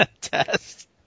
test